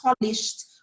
polished